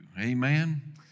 Amen